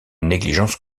négligence